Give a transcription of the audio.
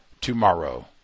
Tomorrow